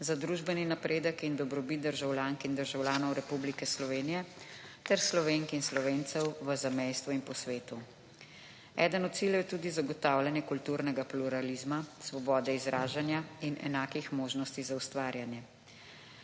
za družbeni napredek in dobrobit državljank in državljanov Republike Slovenije ter Slovenk in Slovencev v zamejstvu in po svetu. Eden od ciljev je tudi zagotavljanje kulturnega pluralizma, svobode izražanja in enakih možnosti za ustvarjanje.